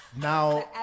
Now